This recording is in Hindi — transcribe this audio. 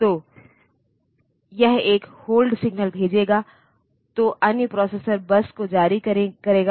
8085 में एक विशेष रजिस्टर है जिसे एक्युमुलेटर कहा जाता है